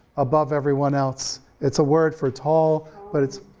above everyone else, it's a word for tall but it's,